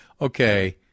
Okay